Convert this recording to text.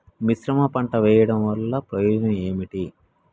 మిశ్రమ పంట వెయ్యడం వల్ల ప్రయోజనం ఏమిటి?